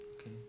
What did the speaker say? Okay